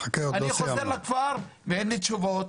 אני חוזר לכפר ואין לי תשובות